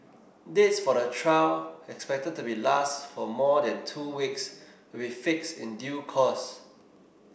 dates for the trial expected to be last for more than two weeks will be fixed in due course